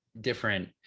different